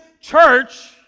church